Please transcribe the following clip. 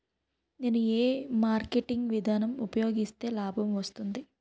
నేను ఏ మార్కెటింగ్ విధానం ఉపయోగిస్తే లాభం వస్తుంది?